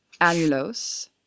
allulose